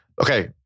Okay